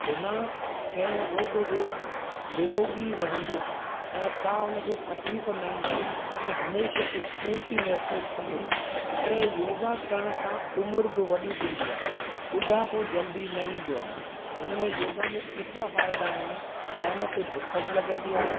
बिना कंहिं रोग जे निरोगी रहंदो मन का हुन खे तकलीफ़ न ईंदी ऐं हमेशह स्फ़ूर्ती महिसूसु कंदो ऐं योगा करण सां उमिरि बि वॾी थींदी आहे ॿुढापो जल्दी न ईंदो आहे हिन में योगा में एतिरा फ़ाइदा आहिनि टाइम ते बुख बि लॻंदी आहे